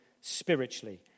spiritually